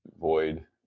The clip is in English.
void